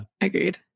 Agreed